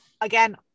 again